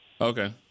Okay